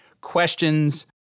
questions